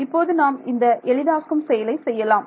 இப்போது நாம் இந்த எளிதாக்கும் செயலை செய்யலாம்